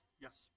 Yes